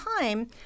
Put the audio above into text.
time